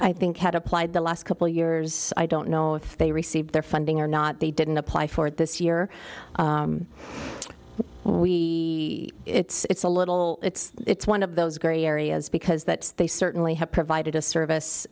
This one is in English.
i think had applied the last couple years i don't know if they received their funding or not they didn't apply for it this year it's a little it's it's one of those gray areas because that they certainly have provided a service